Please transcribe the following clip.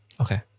Okay